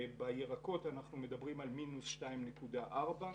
הרי שבירקות אנחנו מדברים על מינוס 2.4 אחוזים.